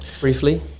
briefly